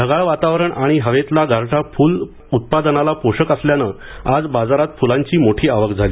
ढगाळ वातावरण आणि हवेतला गारठा फुल उत्पादनाला पोषक असल्याने आज बाजारात फुलांची मोठी आवक झाली